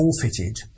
forfeited